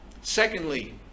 Secondly